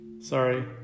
Sorry